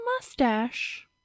mustache